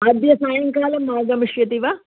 अद्य सायंकालम् आगमिष्यति वा